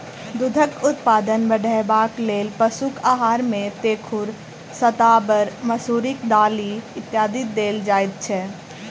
दूधक उत्पादन बढ़यबाक लेल पशुक आहार मे तेखुर, शताबर, मसुरिक दालि इत्यादि देल जाइत छै